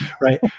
Right